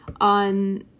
on